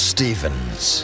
Stevens